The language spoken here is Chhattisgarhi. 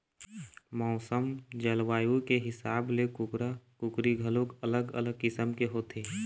मउसम, जलवायु के हिसाब ले कुकरा, कुकरी घलोक अलग अलग किसम के होथे